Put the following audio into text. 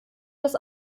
das